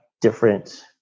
different